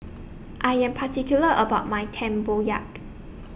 I Am particular about My Tempoyak